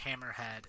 Hammerhead